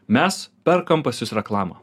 mes perkam pas jus reklamą